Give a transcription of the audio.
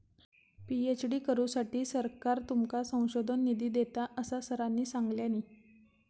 PhD करुसाठी सरकार तुमका संशोधन निधी देता, असा सरांनी सांगल्यानी